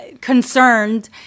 concerned